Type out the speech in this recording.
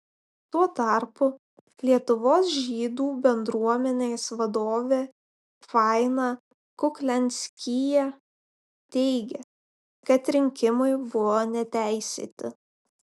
tuo tarpu lietuvos žydų bendruomenės vadovė faina kuklianskyje teigia kad rinkimai buvo neteisėti